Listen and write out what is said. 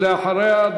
ואחריה,